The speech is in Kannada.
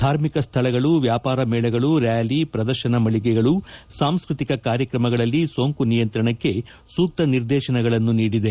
ಧಾರ್ಮಿಕ ಸ್ಥಳಗಳು ವ್ಯಾಪಾರ ಮೇಳಗಳು ರ್ಾಲಿ ಪ್ರದರ್ಶನ ಮಳಿಗೆಗಳು ಸಾಂಸ್ಕೃತಿಕ ಕಾರ್ಯಕ್ರಮಗಳಲ್ಲಿ ಸೋಂಕು ನಿಯಂತ್ರಣಕ್ಕೆ ಸೂಕ್ತ ನಿರ್ದೇಶನಗಳನ್ನು ನೀಡಿದೆ